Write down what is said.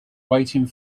waiting